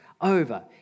over